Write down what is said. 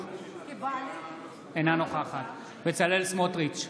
אינה נוכחת בצלאל סמוטריץ'